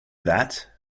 that